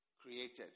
created